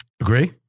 Agree